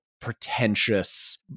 pretentious